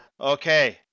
Okay